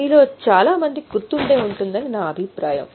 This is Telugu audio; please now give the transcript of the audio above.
మీలో చాలా మందికి గుర్తుందని నా అభిప్రాయం